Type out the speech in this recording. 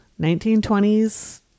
1920s